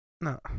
No